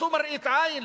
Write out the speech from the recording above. תעשו מראית עין,